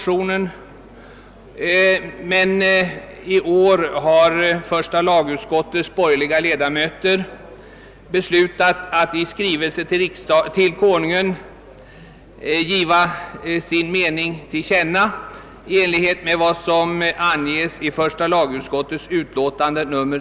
I år har emellertid första lagutskottets borgerliga ledamöter hemställt »att riksdagen måtte med bifall till förevarande motioner ——— i skrivelse till Kungl. Maj:t såsom sin mening giva till känna vad utskottet i det föregående anfört».